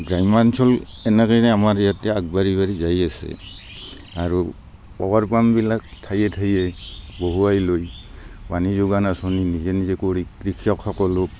গ্ৰাম্যাঞ্চল এনেকৈ আমৰ ইয়াতে আগবাঢ়ি বাঢ়ি যাই আছে আৰু পাৱাৰ পাম্পবিলাক ঠায়ে ঠায়ে বহুৱাই লৈ পানী যোগান আঁচনি নিজে নিজে কৰি কৃষকসকলো